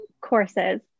courses